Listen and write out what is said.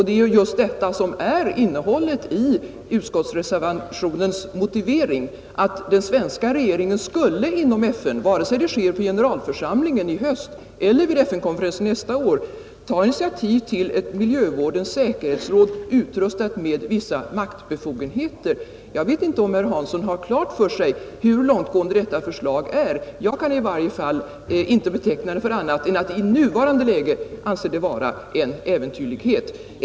Det är just detta som är innehållet i utskottsreservationens motivering — att den svenska regeringen skulle inom FN, vare sig det sker i generalförsamlingen i höst eller vid FN-konferensen nästa år, ta initiativ till ett miljövårdens säkerhetsråd, utrustat med vissa maktbefogenheter. Jag vet inte om herr Hansson i Skegrie har klart för sig hur långtgående detta förslag är. Jag kan i varje fall inte beteckna det som annat än en äventyrlighet i nuvarande läge.